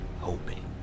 hoping